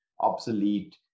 obsolete